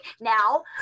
Now